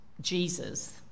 Jesus